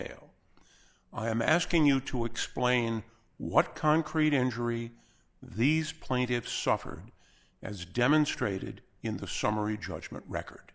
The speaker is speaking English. am asking you to explain what concrete injury these plaintiffs suffered as demonstrated in the summary judgment record